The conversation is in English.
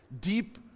deep